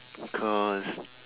cause